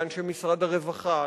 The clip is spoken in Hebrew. לאנשי משרד הרווחה,